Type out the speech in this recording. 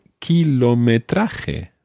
kilometraje